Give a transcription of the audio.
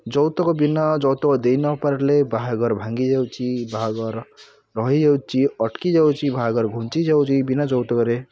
ଯୌତୁକ ବିନା ଯୌତୁକ ଦେଇ ନ ପାରିଲେ ବାହାଘର ଭାଙ୍ଗି ଯାଉଛି ବାହାଘର ରହିଯାଉଛି ଅଟକି ଯାଉଛି ବାହାଘର ଘୁଞ୍ଚି ଯାଉଛି ବିନା ଯୌତୁକରେ